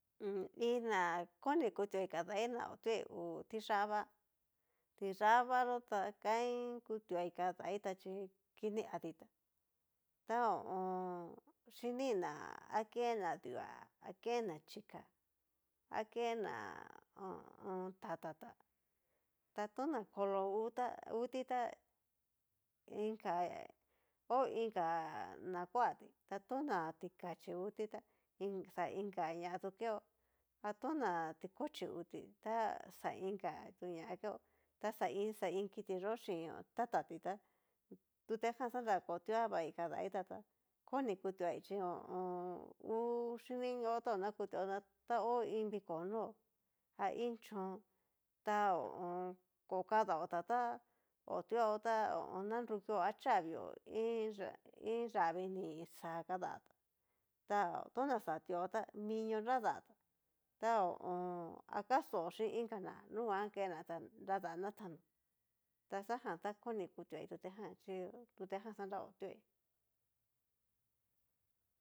Iin na koni kutuai kadai ta okuai ngu tiyá vá tiyá vayó tá kain kutuaí kadaita chi kini aditá ta ho o on. xhini na aken'na duá aken'na chika akena ho o on. tata tá, ta tona kolo nguta nguti tá inka o inka na kuatí, tona tikachí nguti ta xa inka ña tu keó, tona tikochí nguti ta xa inka ña tu keo xa iin xa iin kiti yó chín tata tí, tutejan xanra otua vai kadaita ta koni kutuai chi ho o on. ta hú xhiniñotaó na kutuaó na ta hó iin viko nó, a iin chon ta ho o on. ko kadaóta tá otuaó ta ho o on. naruki a chavio iin yavii ni xa kadatá, ta tona xatuaó ta minio nradata ta ho o on. a kastó chín ikaná nu nguan ken'na ta kadanatá taxajan ta koni kutuaí tutejan chí tutejan xanrá otuaí.